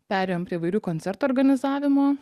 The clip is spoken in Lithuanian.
perėjom prie įvairių koncertų organizavimo